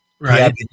Right